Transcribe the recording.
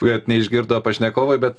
bet neišgirdo pašnekovai bet